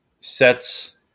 sets